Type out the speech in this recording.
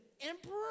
emperor